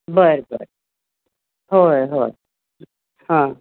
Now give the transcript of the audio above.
बरं बरं होय होय